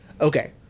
okay